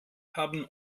haben